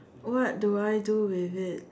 what do I do with it